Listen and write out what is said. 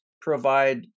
provide